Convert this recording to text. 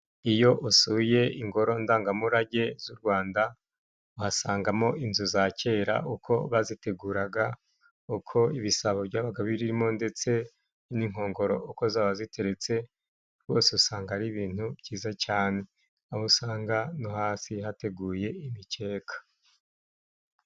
Iyo usuye ingoro ndangamurage z'u Rwanda, uhasangamo inzu za kera uko baziteguraga, uko ibisabo byabaga birimo ndetse n'inkongoro uko zaba ziteretse, gose usanga ari ibintu byiza cyane, aho usanga no hasi hateguye imikeka.